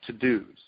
to-dos